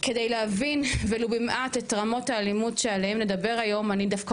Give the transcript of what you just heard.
כדי להבין ולו במעט את רמות האלימות שעליהם נדבר היום אני דווקא